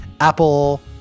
Apple